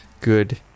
good